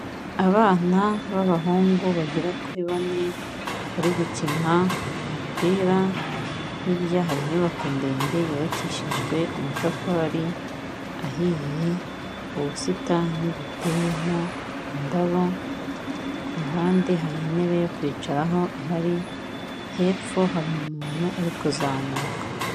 Abana b'abahungu bagera kuri bane bari gukina umupira, hirya hari inyubako ndende yubakishijwe amatafari ahiye, ubusitani buteyemo indabo, ku ruhande hari intebe yo kwicaraho ihari, hepfo hari umuntu uri kuzamuka.